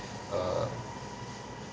err